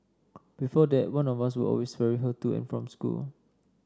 before that one of us would always ferry her to and from school